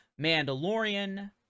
Mandalorian